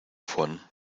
vorn